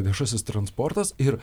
viešasis transportas ir